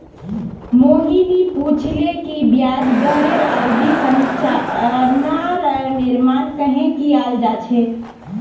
मोहिनी पूछले कि ब्याज दरेर अवधि संरचनार निर्माण कँहे कियाल जा छे